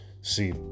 See